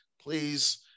Please